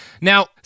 Now